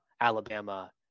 Alabama